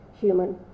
human